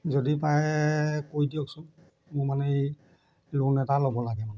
যদি পাৰে কৰি দিয়কচোন মোৰ মানে এই লোন এটা ল'ব লাগে মানে